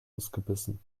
ausgebissen